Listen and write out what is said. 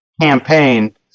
campaign